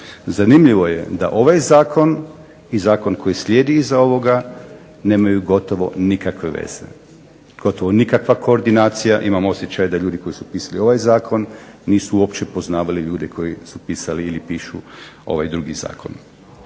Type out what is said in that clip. Zanimljivo je da ovaj zakon i zakon koji slijedi iza ovoga nemaju gotovo nikakve veze. Gotovo nikakva koordinacija, imamo osjećaj da ljudi koji su pisali ovaj zakon nisu uopće poznavali ljudi koji su pisali ili pišu ovaj drugi zakon.